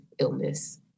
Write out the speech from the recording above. illness